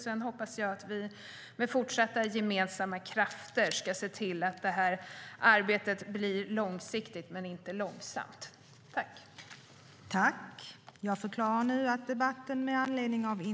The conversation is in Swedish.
Sedan hoppas jag att vi med fortsatta gemensamma krafter ska se till att arbetet blir långsiktigt men inte långsamt.